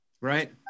right